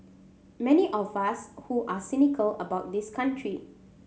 many of us who are cynical about this country